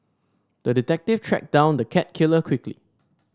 the detective tracked down the cat killer quickly